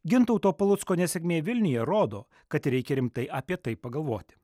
gintauto palucko nesėkmė vilniuje rodo kad reikia rimtai apie tai pagalvoti